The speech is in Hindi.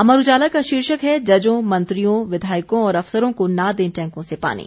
अमर उजाला का शीर्षक है जजों मंत्रियों विधायकों और अफसरों को न दें टैंकों से पानी